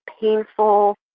painful